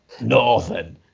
northern